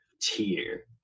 tier